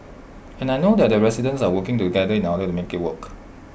and I know that the residents are working together in order to make IT work